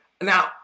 Now